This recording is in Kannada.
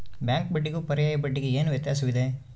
ಬ್ಯಾಂಕ್ ಬಡ್ಡಿಗೂ ಪರ್ಯಾಯ ಬಡ್ಡಿಗೆ ಏನು ವ್ಯತ್ಯಾಸವಿದೆ?